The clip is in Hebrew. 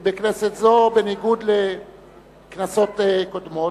בכנסת זו בניגוד לכנסות קודמות,